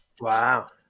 Wow